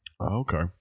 okay